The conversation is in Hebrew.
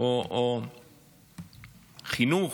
או חינוך,